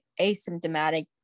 asymptomatic